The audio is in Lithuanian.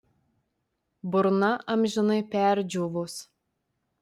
burna amžinai perdžiūvus